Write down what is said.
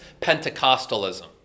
Pentecostalism